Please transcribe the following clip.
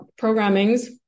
programmings